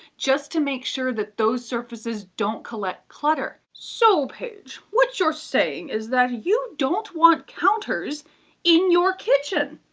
just to make sure that those surfaces don't collect clutter. so paige, what you're saying is that you don't want counters in your kitchen.